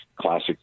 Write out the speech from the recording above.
classic